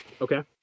okay